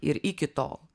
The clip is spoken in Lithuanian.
ir iki tol